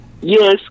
yes